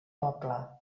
poble